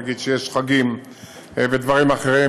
נגיד שיש חגים ודברים אחרים,